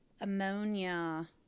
ammonia